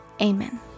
Amen